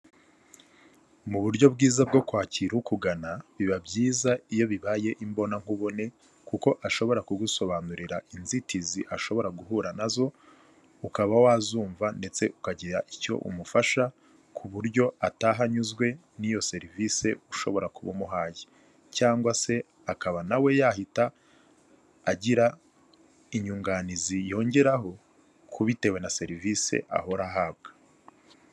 Mu buryo bwiza bwo kwakira ukugana, biba byiza iyo bibaye imbonankubone, kuko ashobora kugusobanurira inzitizi ashobora guhura nazo, ukaba wazumva ndetse ukagira icyo umufasha, ku buryo ataha anyuzwe n'iyo serivisi ushobora kuba umuhaye, cyangwa se akaba nawe yahita agira inyunganizi yongeraho, ku bitewe na serivisi ahora ahabwa.